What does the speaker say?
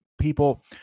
people